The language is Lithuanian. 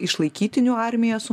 išlaikytinių armiją su